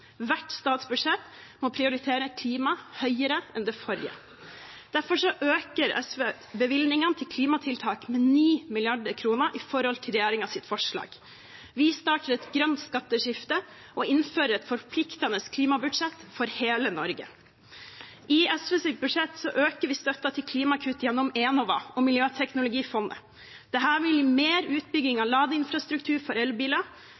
Hvert statsbudsjett må prioritere klima høyere enn det forrige. Derfor øker SV bevilgningen til klimatiltak med 9 mrd. kr i forhold til regjeringens forslag. Vi starter et grønt skatteskifte og innfører et forpliktende klimabudsjett for hele Norge. I SVs budsjett øker vi støtten til klimakutt gjennom Enova og miljøteknologifondet. Dette vil gi mer utbygging av ladeinfrastruktur for elbiler,